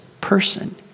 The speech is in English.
person